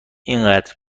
اینقدر